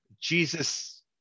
Jesus